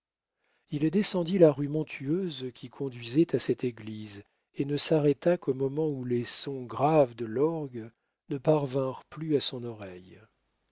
il descendit la rue montueuse qui conduisait à cette église et ne s'arrêta qu'au moment où les sons graves de l'orgue ne parvinrent plus à son oreille